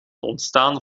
ontstaan